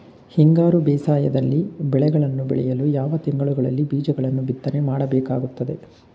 ಹಿಂಗಾರು ಬೇಸಾಯದಲ್ಲಿ ಬೆಳೆಗಳನ್ನು ಬೆಳೆಯಲು ಯಾವ ತಿಂಗಳುಗಳಲ್ಲಿ ಬೀಜಗಳನ್ನು ಬಿತ್ತನೆ ಮಾಡಬೇಕಾಗುತ್ತದೆ?